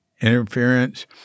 interference